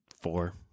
four